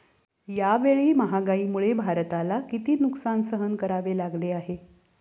यावेळी महागाईमुळे भारताला किती नुकसान सहन करावे लागले आहे?